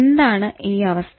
എന്താണ് ഈ അവസ്ഥ